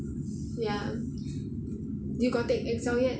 ya you got take excel yet